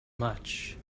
much